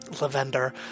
Lavender